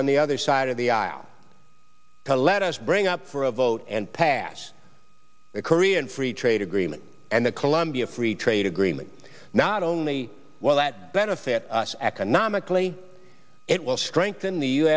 on the other side of the aisle to let us bring up for a vote and pass a korean free trade agreement and the colombia free trade agreement not only while that benefit us economically it will strengthen the u